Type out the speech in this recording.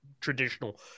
traditional